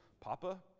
Papa